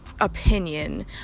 opinion